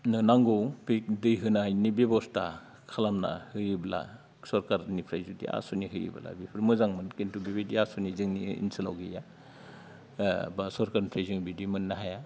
नांगौ दै होनायनि बेबस्था खालामना होयोब्ला सरखारनिफ्राय जुदि आसयनाय होयोब्ला बेफोर मोजांमोन खिनथु बेबायदि आसयनि जोंनि ओनसोलाव गैया बा सरखारनिफ्राय जों बिदि मोननो हाया